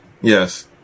Yes